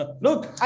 Look